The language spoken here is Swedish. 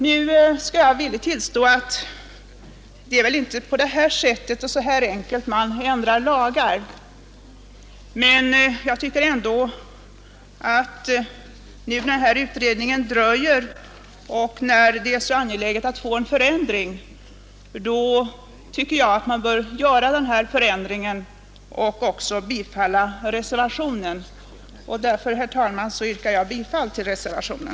Jag tillstår också villigt att det väl inte är på det här enkla sättet man ändrar lagar, men när utredningen dröjer och när det är så angeläget att få en förändring så tycker jag ändå att vi bör göra den förändringen. Därför, herr talman, yrkar jag bifall till reservationen.